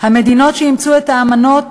המדינות שאימצו את האמנות